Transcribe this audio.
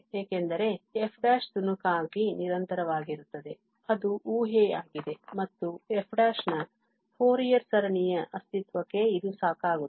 ಏಕೆಂದರೆ f ತುಣುಕಾಗಿ ನಿರಂತರವಾಗಿರುತ್ತದೆ ಅದು ಊಹೆಯಾಗಿದೆ ಮತ್ತು f ನ ಫೋರಿಯರ್ ಸರಣಿಯ ಅಸ್ತಿತ್ವಕ್ಕೆ ಇದು ಸಾಕಾಗುತ್ತದೆ